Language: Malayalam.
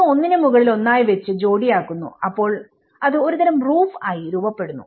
ഇത് ഒന്നിന് മുകളിൽ ഒന്നായി വെച്ച് ജോഡിയാക്കുന്നുഅപ്പോൾ അത് ഒരുതരം റൂഫ് ആയി രൂപപ്പെടുന്നു